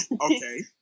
Okay